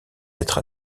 d’être